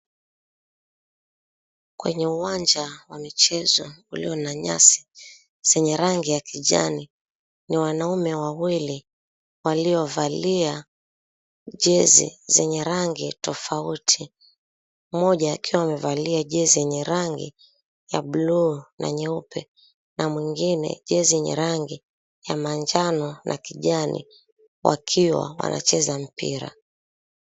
Kwenye uwanja wa michezo ulio na nyasi zenye rangi ya kijani ni wanaume wawili waliovalia jezi zenye rangi tofauti. Mmoja akiwa amevalia jezi yenye rangi ya buluu na nyeupe na mwingine jezi yenye rangi ya manjano na kijani wakiwa wanacheza mpira.